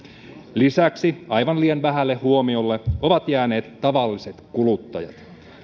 lisäksi aivan liian vähälle huomiolle ovat jääneet tavalliset kuluttajat